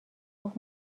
گفت